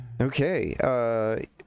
Okay